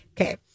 Okay